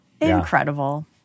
Incredible